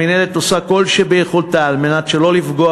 המינהלת עושה כל שביכולתה על מנת שלא לפגוע